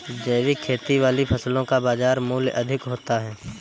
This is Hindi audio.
जैविक खेती वाली फसलों का बाजार मूल्य अधिक होता है